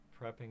prepping